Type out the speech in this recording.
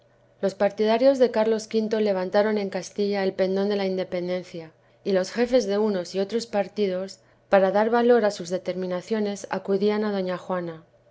los partidarios de cárlos v levantaron en castilla el pendon de la independencia y los gefes de unos y otros partidos para dar valor á sus determinaciones acudian á doña juana